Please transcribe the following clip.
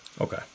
Okay